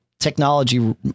Technology